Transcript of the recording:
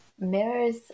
Mirrors